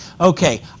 okay